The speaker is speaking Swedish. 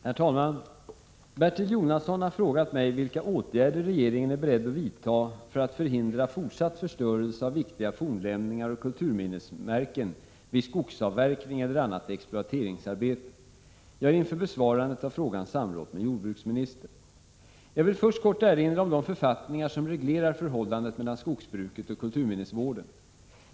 Herr talman! Bertil Jonasson har frågat mig vilka åtgärder regeringen är beredd att vidta för att förhindra fortsatt förstörelse av viktiga fornlämningar och kulturminnesmärken vid skogsavverkning eller annat exploateringsarbete. Jag har inför besvarandet av frågan samrått med jordbruksministern. Jag vill till att börja med kort erinra om de författningar som reglerar förhållandet mellan skogsbruket och kulturminnesvården.